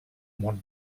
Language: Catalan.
món